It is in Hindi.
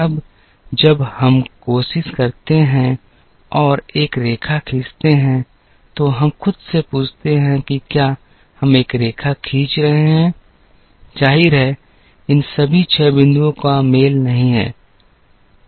अब जब हम कोशिश करते हैं और एक रेखा खींचते हैं तो हम खुद से पूछते हैं कि क्या हम एक रेखा खींच रहे हैं जाहिर है इन सभी छह बिंदुओं का मेल नहीं है